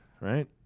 right